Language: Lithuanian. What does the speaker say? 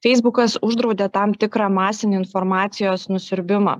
feisbukas uždraudė tam tikrą masinį informacijos nusiurbimą